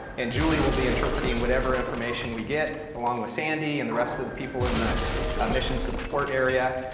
and julie will be interpreting whatever information we get, along with sandy and the rest of the people in the mission support area,